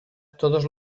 todos